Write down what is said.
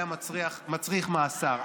היה מצריך מאסר,